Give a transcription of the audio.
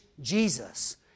Jesus